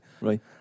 Right